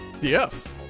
Yes